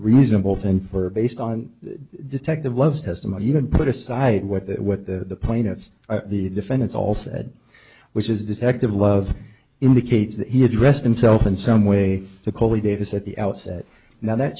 reasonable to infer based on detective loves testimony even put aside what the what the plaintiffs the defendants all said which is detective love indicates that he addressed himself in some way the colli davis at the outset now that